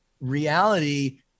reality